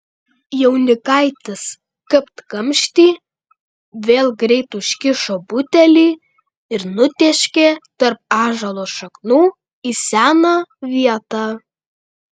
jaunikaitis kapt kamštį vėl greit užkišo butelį ir nutėškė tarp ąžuolo šaknų į seną vietą